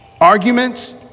arguments